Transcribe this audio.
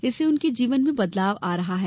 इससे उनके जीवन में बदलाव आ रहा है